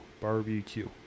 Barbecue